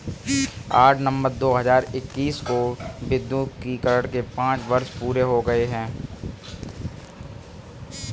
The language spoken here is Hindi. आठ नवंबर दो हजार इक्कीस को विमुद्रीकरण के पांच वर्ष पूरे हो गए हैं